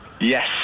yes